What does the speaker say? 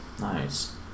nice